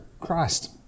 Christ